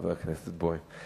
חבר הכנסת בוים.